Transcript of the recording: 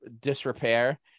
disrepair –